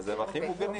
אז הם הכי מוגנים.